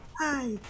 Hi